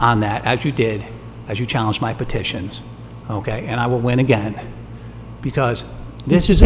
on that as you did as you challenge my petitions ok and i will win again because this is